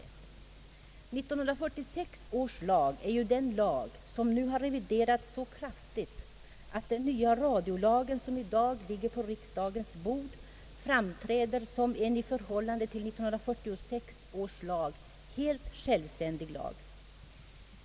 1946 års lag är ju den lag som nu har reviderats så kraftigt att den nya radiolagen som i dag ligger på riksdagens bord framträder som en i förhållande till 1946 års lag helt självständig lag.